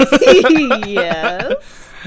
Yes